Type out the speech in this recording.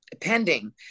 pending